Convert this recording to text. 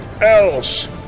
Else